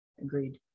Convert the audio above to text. Agreed